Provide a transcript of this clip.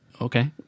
Okay